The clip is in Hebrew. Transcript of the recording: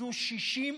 כל חודש,